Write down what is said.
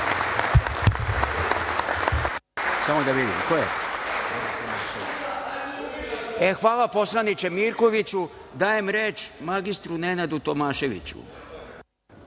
Hvala poslaniče Mirkoviću. Dajem reč mr Nenadu Tomašaviću.